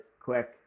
quick